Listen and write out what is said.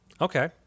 Okay